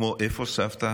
כמו: איפה סבתא?